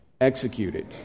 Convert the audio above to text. executed